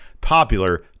popular